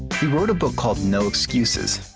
he wrote a book called no excuses.